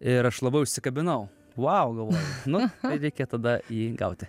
ir aš labai užsikabinau vau galvoju nu tai reikia tada jį gauti